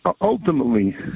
Ultimately